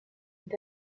est